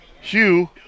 Hugh